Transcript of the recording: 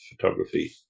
photography